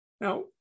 Now